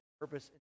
purpose